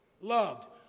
loved